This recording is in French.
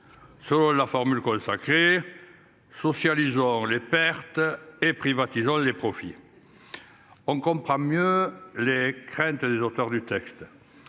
Selon la formule consacrée. Sofia les joueurs les pertes et privatisant les profits. On comprend mieux les craintes des auteurs du texte.